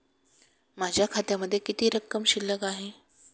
माझ्या खात्यामध्ये किती रक्कम शिल्लक आहे?